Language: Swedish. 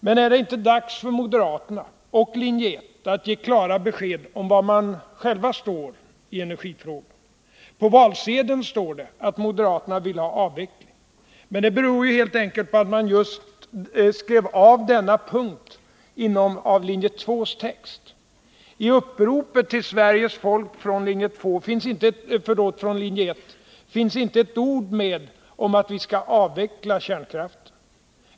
Men är det då inte dags för moderaterna och anhängarna av linje 1 att ge klara besked om var de själva står i energifrågan? På valsedeln står det att moderaterna vill ha avveckling. Men det beror ju helt enkelt på att man just på denna punkt skrev av linje 2:s text. I uppropet till Sveriges folk från linje 1 finns inte ett ord med om att vi skall avveckla kärnkraften.